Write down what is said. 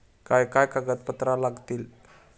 काय काय कागदपत्रा लागतील?